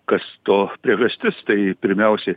kas to priežastis tai pirmiausia